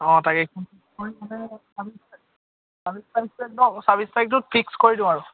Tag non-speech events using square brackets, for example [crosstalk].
অঁ তাকেই [unintelligible] চাব্বিছ তাৰিখটো একদম চাব্বিছ তাৰিখটো ফিক্স কৰি দিও আৰু